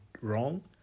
wrong